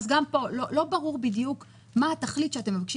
אז גם פה לא ברור בדיוק מה התכלית שאתם מבקשים